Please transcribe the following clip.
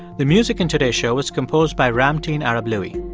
the music in today's show was composed by ramtin arablouei